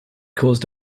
cause